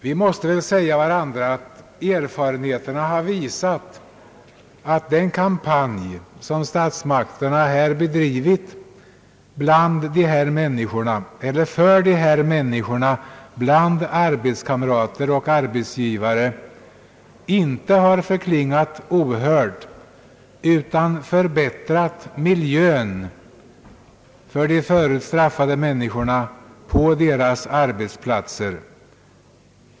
Vi måste väl säga att erfarenheterna har visat att den kampanj, som statsmakterna bedrivit för dessa människor bland arbetskamrater och arbetsgivare, inte har förklingat ohörd utan förbättrat miljön för de förut straffade människorna på deras arbetsplatser.